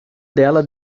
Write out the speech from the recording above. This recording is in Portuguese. dela